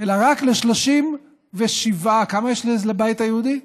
אלא רק ל-37, כמה יש לבית היהודי?